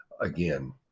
again